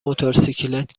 موتورسیکلت